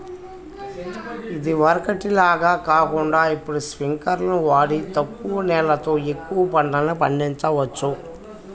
ఇదివరకటి లాగా కాకుండా ఇప్పుడు స్పింకర్లును వాడి తక్కువ నీళ్ళతో ఎక్కువ పంటలు పండిచొచ్చు